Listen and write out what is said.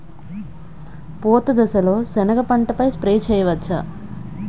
పూత దశలో సెనగ పంటపై స్ప్రే చేయచ్చా?